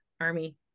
army